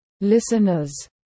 listeners